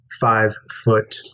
five-foot